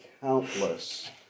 countless